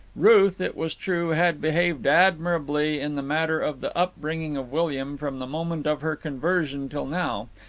ruth, it was true, had behaved admirably in the matter of the upbringing of william from the moment of her conversion till now,